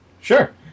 Sure